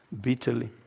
bitterly